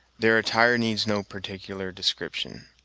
their attire needs no particular description,